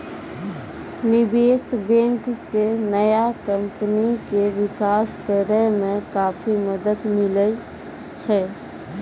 निबेश बेंक से नया कमपनी के बिकास करेय मे काफी मदद मिले छै